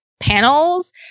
panels